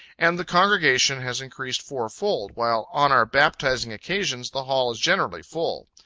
and the congregation has increased four-fold while on our baptizing occasions the hall is generally full.